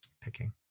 picking